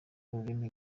ururimi